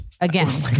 again